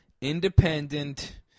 independent